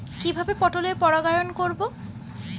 কিভাবে পটলের পরাগায়ন করব?